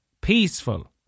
peaceful